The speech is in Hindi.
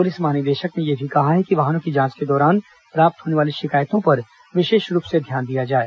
पुलिस महानिदेशक ने यह भी कहा है कि वाहनों की जांच के दौरान प्राप्त होने वाली शिकायतों पर विशेष रूप से ध्यान दिया जाए